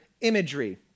imagery